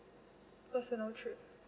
personal trip